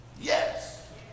Yes